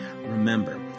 Remember